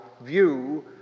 view